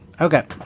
Okay